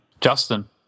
Justin